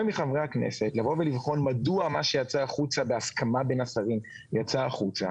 מחברי הכנסת לבחון מדוע מה שיצא החוצה בהסכמה בין הצדדים יצא החוצה